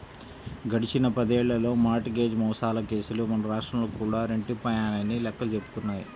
గడిచిన పదేళ్ళలో mortgage మోసాల కేసులు మన రాష్ట్రంలో కూడా రెట్టింపయ్యాయని లెక్కలు చెబుతున్నాయి